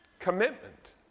commitment